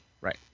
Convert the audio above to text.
right